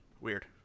Weird